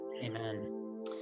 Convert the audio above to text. Amen